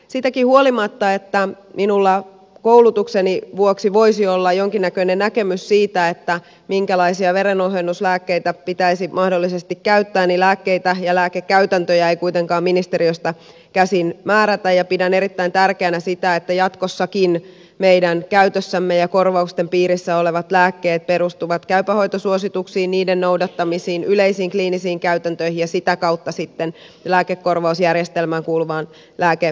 siitäkin huolimatta että minulla koulutukseni vuoksi voisi olla jonkinnäköinen näkemys siitä minkälaisia verenohennuslääkkeitä pitäisi mahdollisesti käyttää lääkkeitä ja lääkekäytäntöjä ei kuitenkaan ministeriöstä käsin määrätä ja pidän erittäin tärkeänä sitä että jatkossakin meidän käytössämme ja korvausten piirissä olevat lääkkeet perustuvat käypä hoito suosituksiin niiden noudattamisiin yleisiin kliinisiin käytäntöihin ja sitä kautta sitten lääkekorvausjärjestelmään kuuluvaan lääkeprosessiin